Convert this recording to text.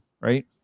Right